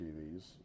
TVs